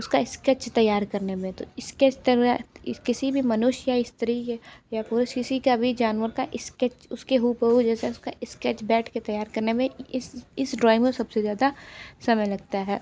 उसका इस्केच तैयार करने में तो इस्केच तैयार किसी भी मनुष्य स्त्री है या पुरुष किसी का भी जानवर का इस्केच उसके हू ब हू जैसा उसका इस्केच बैठकर तैयार करने में इस इस ड्रॉइंग में सबसे ज़्यादा समय लगता है